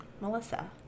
Melissa